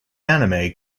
anime